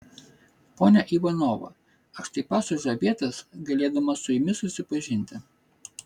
ponia ivanova aš taip pat sužavėtas galėdamas su jumis susipažinti